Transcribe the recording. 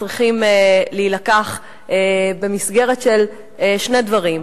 צריכים להילקח במסגרת של שני דברים.